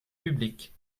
publique